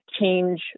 change